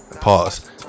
Pause